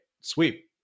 sweep